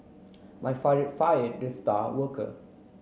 my father fired the star worker